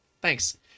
thanks